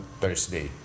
thursday